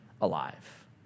alive